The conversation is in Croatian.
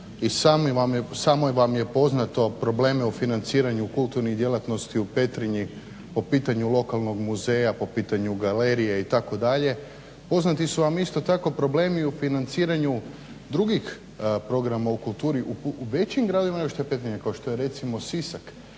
i samoj vam je poznato probleme u financiranju kulturnih djelatnosti u Petrinji po pitanju lokalnog muzeja, po pitanju galerije itd. Poznati su vam isto tako problemi u financiranju drugih programa u kulturi u većim gradovima nego što je Petrinja kao što je recimo Sisak.